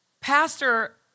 Pastor